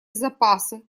запасы